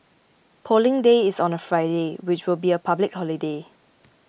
Polling Day is on a Friday which will be a public holiday